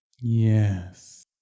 Yes